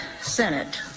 Senate